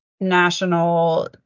national